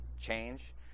change